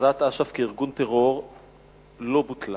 הכרזת אש"ף כארגון טרור לא בוטלה,